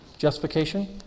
Justification